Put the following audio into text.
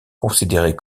considérées